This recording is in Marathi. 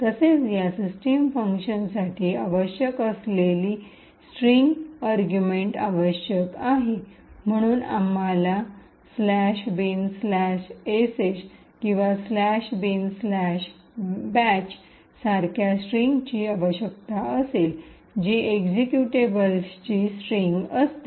तसेच या सिस्टम फंक्शनसाठी आवश्यक असलेली स्ट्रिंग युक्तिवाद अर्गुमेंट आवश्यक आहे म्हणून आम्हाला bin sh किंवा bin bash सारख्या स्ट्रिंगची आवश्यकता असेलजीएक्झिक्युटेबलचीस्ट्रिंगअसते